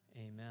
amen